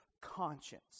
conscience